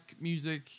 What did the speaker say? music